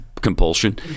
compulsion